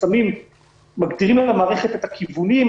מגדירים למערכת את הכיוונים,